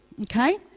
okay